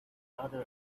other